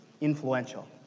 influential